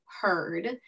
heard